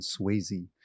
Swayze